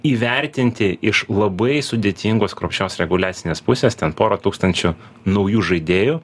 įvertinti iš labai sudėtingos kruopščios reguliacinės pusės ten pora tūkstančių naujų žaidėjų